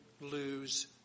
lose